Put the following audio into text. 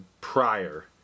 prior